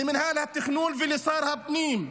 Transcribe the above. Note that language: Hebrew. למינהל התכנון ולשר הפנים,